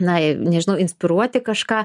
na nežinau inspiruoti kažką